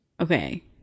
okay